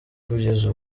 kugeza